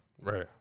Right